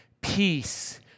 peace